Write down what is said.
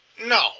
No